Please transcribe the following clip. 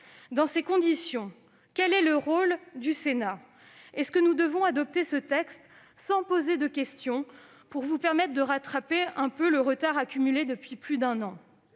Dans ces conditions, quel est le rôle du Sénat ? Devons-nous adopter ce texte sans poser de questions, pour vous permettre de rattraper un peu le retard accumulé depuis plus d'un an ?